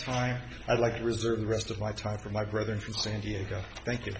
time i'd like to reserve the rest of my time for my brother in san diego